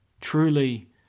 Truly